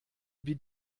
wie